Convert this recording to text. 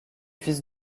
fils